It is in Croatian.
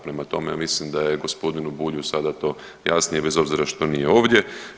Prema tome, ja mislim da je gospodinu Bulju sada to jasnije bez obzira što nije ovdje.